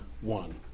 one